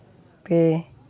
ᱯᱮ